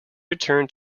return